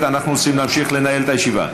גברתי.